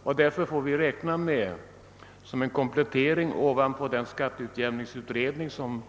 När vi har fått den problematiken klarlagd och dessutom har bestämt vilka uppgifter som